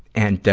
and, ah,